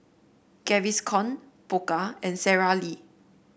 Gaviscon Pokka and Sara Lee